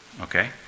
Okay